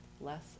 less